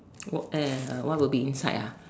what uh what will be inside ah